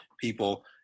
people